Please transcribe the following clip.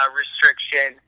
restriction